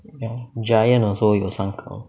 Giant also 有三个